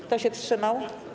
Kto się wstrzymał?